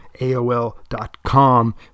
AOL.com